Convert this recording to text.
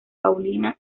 paulina